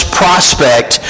prospect